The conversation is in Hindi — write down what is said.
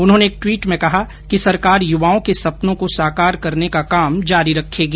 उन्होंने एक ट्वीट में कहा कि सरकार युवाओं के सपनों को साकार करने का काम जारी रखेगी